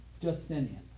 Justinian